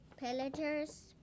Pillagers